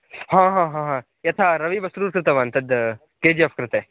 हा हा हा हा यथा रवि बस्रूर् श्रुतवान् तद् के जि एफ़् कृते